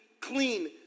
clean